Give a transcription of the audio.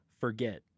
forget